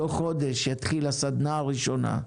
ותוך חודש תתחיל הסדנה הראשונה,